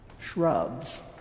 shrubs